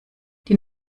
die